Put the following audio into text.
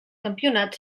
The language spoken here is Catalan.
campionat